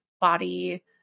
body